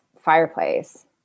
fireplace